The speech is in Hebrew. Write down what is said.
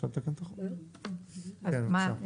אז מה?